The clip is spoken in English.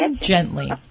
gently